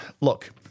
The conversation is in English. look